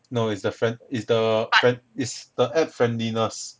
no is the friend is the friend is the app friendliness